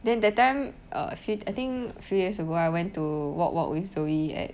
then that time err fe~ I think few years ago I went to walk walk with zoe at